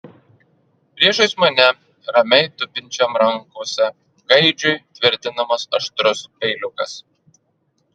priešais mane ramiai tupinčiam rankose gaidžiui tvirtinamas aštrus peiliukas